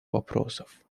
вопросов